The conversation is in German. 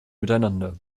miteinander